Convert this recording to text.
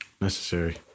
Necessary